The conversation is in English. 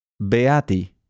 Beati